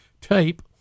tape